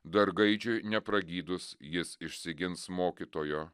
dar gaidžiui nepragydus jis išsigins mokytojo